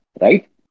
Right